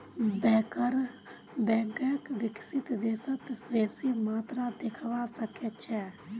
banker बैंकक विकसित देशत बेसी मात्रात देखवा सके छै